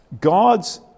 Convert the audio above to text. God's